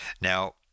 Now